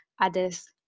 others